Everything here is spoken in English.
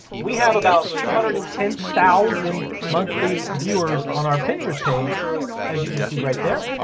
we have about two hundred and ten thousand monthly viewers on our pinterest page as you can see right there.